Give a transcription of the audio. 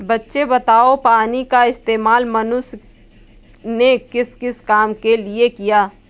बच्चे बताओ पानी का इस्तेमाल मनुष्य ने किस किस काम के लिए किया?